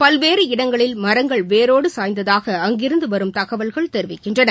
பல்வேறு இடங்களில் மரங்கள் வேரோடு சாய்ந்தாக அங்கிருந்து வரும் தகவல்கள் தெரிவிக்கின்றன